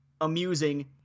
amusing